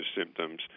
symptoms